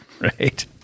Right